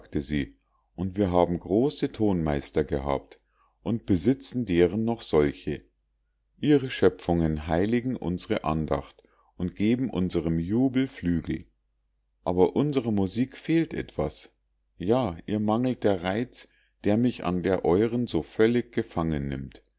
und wir haben große tonmeister gehabt und besitzen deren noch solche ihre schöpfungen heiligen unsre andacht und geben unserm jubel flügel aber unsrer musik fehlt etwas ja ihr mangelt der reiz der mich an der euren so völlig gefangen nimmt